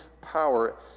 power